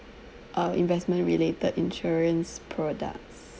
uh investment related insurance products